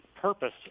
purpose